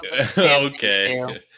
Okay